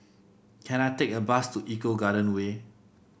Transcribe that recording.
can I take a bus to Eco Garden Way